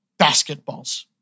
basketballs